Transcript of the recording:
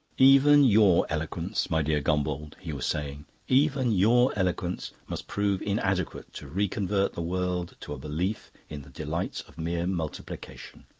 even your eloquence, my dear gombauld, he was saying even your eloquence must prove inadequate to reconvert the world to a belief in the delights of mere multiplication.